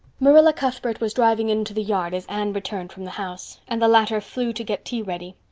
marilla cuthbert was driving into the yard as anne returned from the house, and the latter flew to get tea ready.